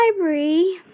Library